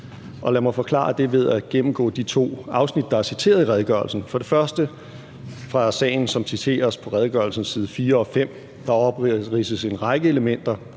Lad mig forklare det ved at gennemgå de to afsnit, der er citeret i redegørelsen, for det første fra sagen, som citeres på redegørelsens side 4 og 5. Der opridses en række elementer,